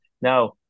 now